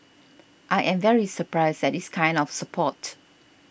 I am very surprised at this kind of support